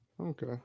Okay